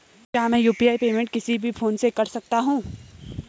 क्या मैं UPI payment किसी भी फोन से कर सकता हूँ?